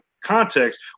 context